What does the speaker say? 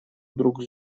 друг